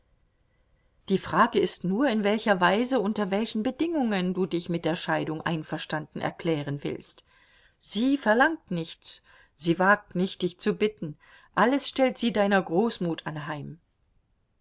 die frage ist nur in welcher weise unter welchen bedingungen du dich mit der scheidung einverstanden erklären willst sie verlangt nichts sie wagt nicht dich zu bitten alles stellt sie deiner großmut anheim